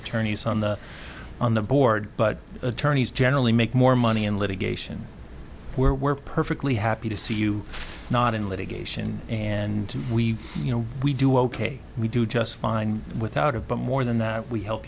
attorneys on the on the board but attorneys generally make more money in litigation we're perfectly happy to see you not in litigation and we you know we do ok we do just fine with out of but more than that we help